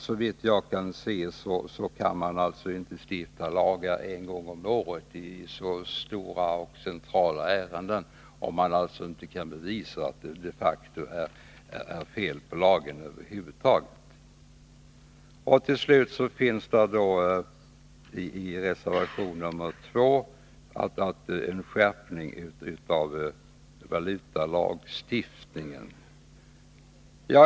Som jag ser det kan man inte stifta lagar en gång om året i så stora och centrala ärenden, om man inte kan bevisa att det de facto är fel på lagen. I reservation nr 2 behandlas slutligen också frågan om en skärpning av valutalagstiftningen.